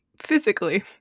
physically